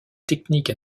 technique